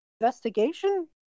investigation